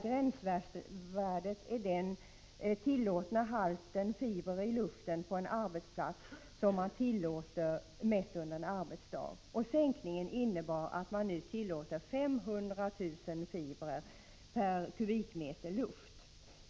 Gränsvärdet motsvarar den halt av asbestfibrer i luften på en arbetsplats som man tillåter, mätt under en arbetsdag. Sänkningen innebar att man nu tillåter 500 000 fibrer per m? luft.